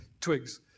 twigs